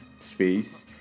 space